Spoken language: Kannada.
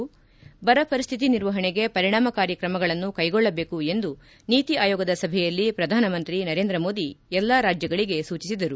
ಬರ ಪರಿಸ್ಥಿತಿ ನಿರ್ವಹಣೆಗೆ ಪರಿಣಾಮಕಾರಿ ಕ್ರಮಗಳನ್ನು ಕೈಗೊಳ್ಳಬೇಕು ಎಂದು ನೀತಿ ಆಯೋಗದ ಸಭೆಯಲ್ಲಿ ಪ್ರಧಾನಮಂತ್ರಿ ನರೇಂದ್ರಮೋದಿ ಎಲ್ಲಾ ರಾಜ್ಯಗಳಿಗೆ ಸೂಚಿಸಿದರು